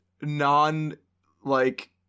non-like